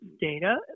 data